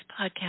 podcast